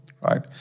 right